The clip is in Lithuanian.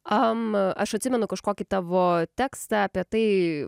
am aš atsimenu kažkokį tavo tekstą apie tai